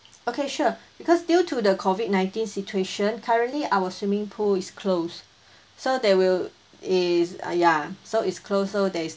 okay sure because due to the COVID nineteen situation currently our swimming pool is closed so they will is err ya so is closed so there's